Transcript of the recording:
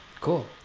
Cool